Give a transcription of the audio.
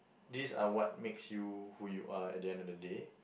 these are what makes you who you are at the end of the day